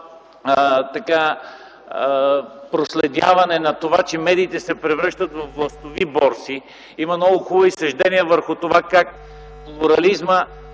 проследяване на това, че медиите се превръщат във властови борси. Има много хубави съждения върху това как плурализмът